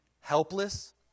helpless